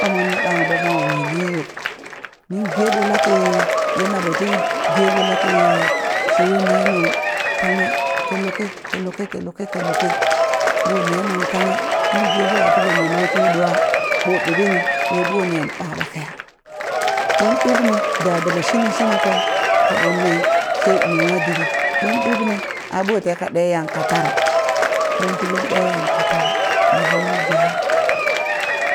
Ɓa mon ne ɓang ɓo mo wili yo ning geɓo lati ye naɓo tin geɓo lati shewe ne nung tanghe ti luki ti luki ti luki ti luki ɓo ne nung tanghe nin geɓo a tiɓo ne lotwi ɗwa ɓo ɓiɓini ɓweɓon ne ɓaɓakeya? ɓon ɓiɓni da daba shini shini kwe kaɓon ne she ume nwa ditɗi ɓon ɓiɓni a ɓo teka ɗe yang katar ɓon tiɓon ɗe yang katar yi ɓon ba